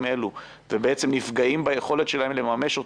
אלו בעצם נפגעים ביכולת שלהם לממש אותו,